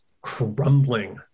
crumbling